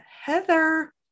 Heather